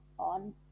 on